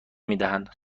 میدهند